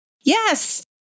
Yes